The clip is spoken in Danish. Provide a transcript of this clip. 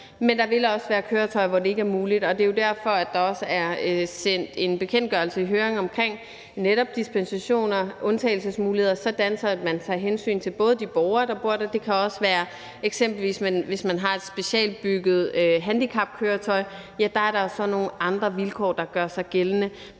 Men der vil også være køretøjer, hvor det ikke er muligt, og det er jo derfor, at der også er sendt en bekendtgørelse i høring omkring netop dispensationer og undtagelsesmuligheder, sådan at man tager hensyn til de borgere, der bor der. Det kan også være, hvis man eksempelvis har et specialbygget handicapkøretøj, at der så er nogle andre vilkår, der gør sig gældende.